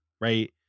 right